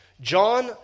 John